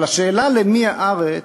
אבל השאלה למי הארץ,